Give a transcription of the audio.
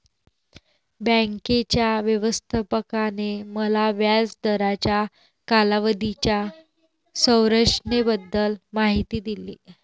बँकेच्या व्यवस्थापकाने मला व्याज दराच्या कालावधीच्या संरचनेबद्दल माहिती दिली